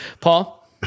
Paul